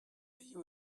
you